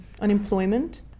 unemployment